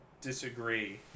disagree